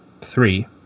three